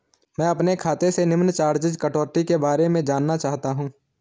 मैं अपने खाते से निम्न चार्जिज़ कटौती के बारे में जानना चाहता हूँ?